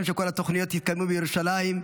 בעזרת השם, שכל התוכניות יתקדמו בירושלים.